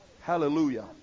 Hallelujah